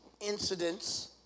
incidents